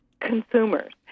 consumers